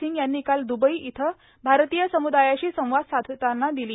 सिंग यांनी काल दुबई इथं भारतीय समुदायाशी संवाद साधताना दिली